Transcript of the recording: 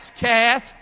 cast